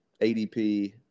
ADP